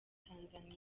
tanzania